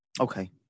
Okay